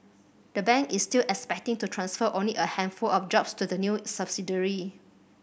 the bank is still expecting to transfer only a handful of jobs to the new subsidiary